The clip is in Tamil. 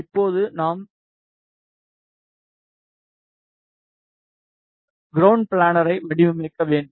இப்போது நாம் கரவுணட் ஃப்ளேனை வடிவமைக்க வேண்டும்